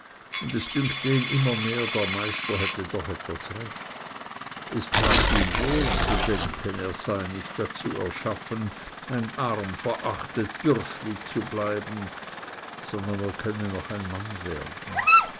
und es dünkte ihn immer mehr der meister hätte doch etwas recht es tat ihm wohl zu denken er sei nicht dazu erschaffen ein arm verachtet bürschli zu bleiben sondern er könnte noch ein mann werden